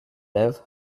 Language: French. lèves